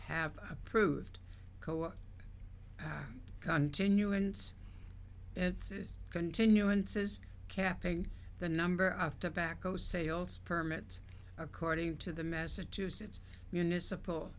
have approved company contineu and its continuances capping the number of tobacco sales permits according to the massachusetts municipal